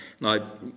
Now